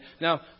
Now